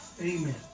Amen